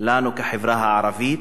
לנו כחברה ערבית,